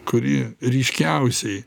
kuri ryškiausiai